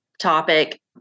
topic